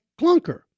clunker